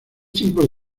tiempos